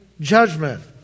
judgment